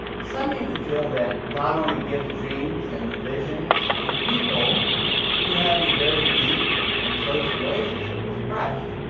some even feel that god only gives dreams and visions to people who have a very deep and close relationship with christ.